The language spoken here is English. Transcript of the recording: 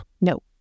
No